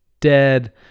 dead